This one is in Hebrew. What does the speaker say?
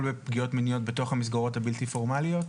בפגיעות מיניות במסגרות הבלתי פורמליות?